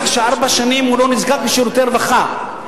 שארבע שנים הוא לא נזקק לשירותי רווחה.